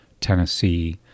Tennessee